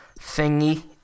thingy